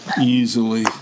Easily